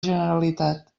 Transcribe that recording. generalitat